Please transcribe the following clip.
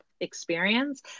experience